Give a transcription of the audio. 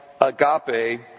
agape